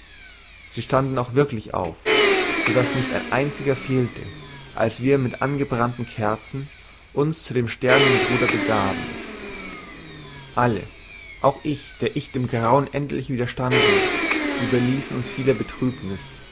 sie standen auch wirklich auf so daß nicht ein einziger fehlte als wir mit angebrannten kerzen uns zu dem sterbenden bruder begaben alle auch ich der ich dem grauen endlich widerstanden überließen uns vieler betrübnis